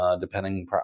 depending